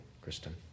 Kristen